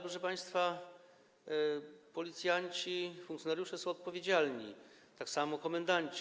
Proszę państwa, policjanci, funkcjonariusze są odpowiedzialni, tak samo komendanci.